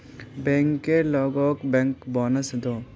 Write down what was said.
banker लोगोक bank bonus दोहों